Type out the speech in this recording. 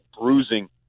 bruising